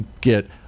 get